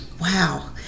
Wow